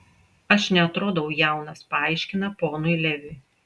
aš neatrodau jaunas paaiškina ponui leviui